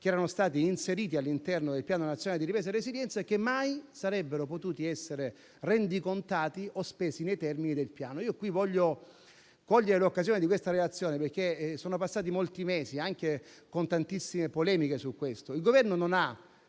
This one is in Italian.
erano stati inseriti all'interno del Piano nazionale di ripresa e resilienza e che mai avrebbero potuto essere rendicontati o spesi nei termini previsti dal Piano. Voglio cogliere l'occasione di questa relazione perché sono passati molti mesi, anche con tantissime polemiche su questo, per